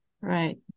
right